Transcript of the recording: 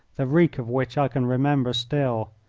the reek of which i can remember still.